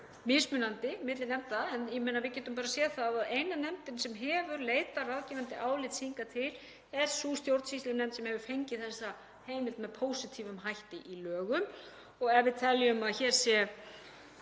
mismunandi milli nefnda — við getum bara séð það að eina nefndin sem hefur leitað ráðgefandi álits hingað til er sú stjórnsýslunefnd sem hefur fengið þessa heimild með pósitífum hætti í lögum. Ef við teljum að hér sé